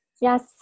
Yes